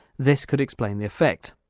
this could explain the effect.